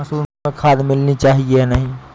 मसूर में खाद मिलनी चाहिए या नहीं?